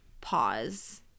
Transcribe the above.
pause